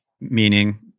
meaning